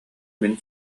мин